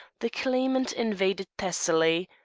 the claimant invaded thessaly.